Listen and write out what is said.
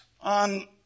on